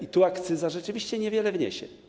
I tu akcyza rzeczywiście niewiele wniesie.